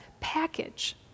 package